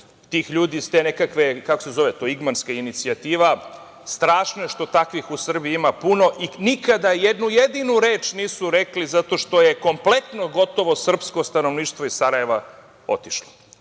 tih ljudi iz te nekakve ili kako se zove to Igmanska inicijativa. Strašno je što takvih u Srbiji ima puno i nikada ni jednu jedinu reč nisu rekli zato što je kompletno gotovo srpsko stanovništvo iz Sarajeva otišlo. Nikada